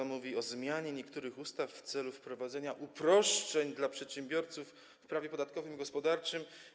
Brzmi on: o zmianie niektórych ustaw w celu wprowadzenia uproszczeń dla przedsiębiorców w prawie podatkowym i gospodarczym.